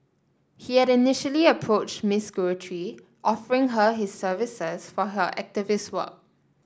he had initially approached Miss Guthrie offering her his services for her activist work